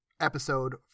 episode